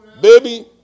baby